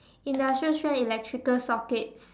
industrial strength electrical sockets